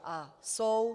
A jsou.